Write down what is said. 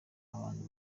abantu